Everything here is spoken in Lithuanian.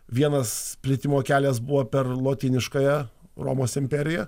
vienas plitimo kelias buvo per lotyniškąją romos imperija